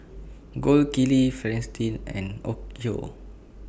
Gold Kili Fristine and Onkyo